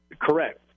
Correct